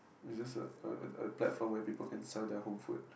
it's just a a platform where people can sell their home food